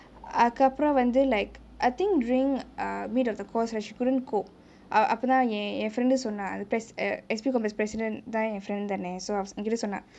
அதுக்கு அப்ரோ வந்து:athuku apro vanthu like I think during err middle of the course she couldn't cope அப்பதா என் என்:appathaa en en friend டு சொன்ன:du sonna pres~ err S_P compass president தா என்:thaa en friend தானே:thaanae so என்கிட்டே சொன்னா:enkitae sonna